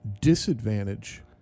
disadvantage